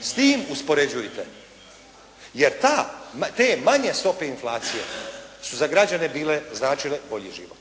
S tim uspoređujte, jer te manje stope inflacije su za građane bile značile bolji život.